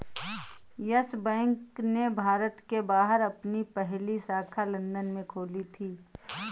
yes Bank ने भारत के बाहर अपनी पहली शाखा लंदन में खोली थी